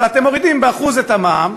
אבל אתם מורידים ב-1% את המע"מ,